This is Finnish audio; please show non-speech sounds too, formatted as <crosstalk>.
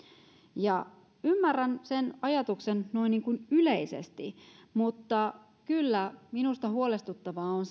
ymmärrän sen ajatuksen noin niin kuin yleisesti mutta kyllä minusta on <unintelligible>